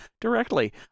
directly